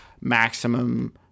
maximum